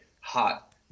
hot